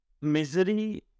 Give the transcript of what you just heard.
Misery